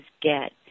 get